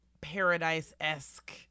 paradise-esque